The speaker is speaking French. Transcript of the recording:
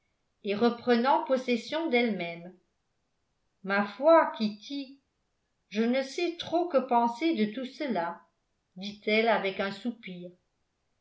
et reprenant possession d'elle-même ma foi kitty je ne sais trop que penser de tout cela dit-elle avec un soupir